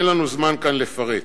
אין לנו זמן כאן לפרט,